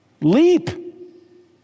leap